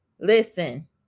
listen